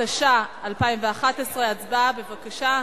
התשע"א 2011. הצבעה, בבקשה.